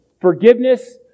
forgiveness